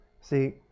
See